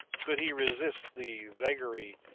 could he resist the vagary,